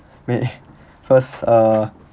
me first uh